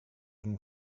bym